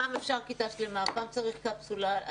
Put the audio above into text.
פעם אפשר כיתה שלמה ופעם צריך קפסולה?